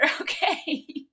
Okay